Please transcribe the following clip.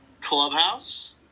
Clubhouse